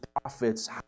prophets